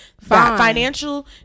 financial